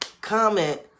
comment